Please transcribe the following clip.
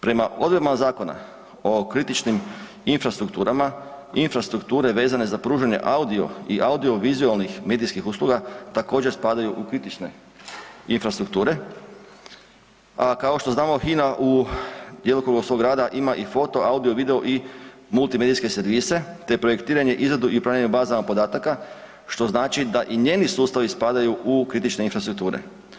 Prema odredbama Zakona o kritičnim infrastrukturama, infrastrukture vezano za pružanje audio i audio-vizualnih medijskih usluga, također spadaju u kritične infrastrukture, a kao što znamo HINA u djelokrugu svog rada ima i foto, audio, video i multimedijske servise te projektiranje, izradu i planiranje bazama podataka što znači da i njeni sustavi spadaju u kritične infrastrukture.